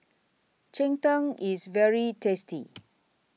Cheng Tng IS very tasty